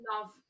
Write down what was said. love